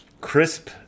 crisp